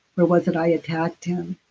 where was it i attacked him?